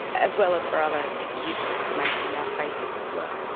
as well as for other useful information about faces as well.